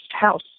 house